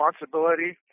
responsibility